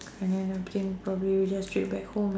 and then I think probably we just straight back home